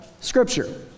scripture